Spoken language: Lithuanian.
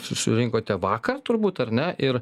susirinkote vakar turbūt ar ne ir